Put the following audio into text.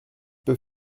peux